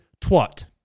twat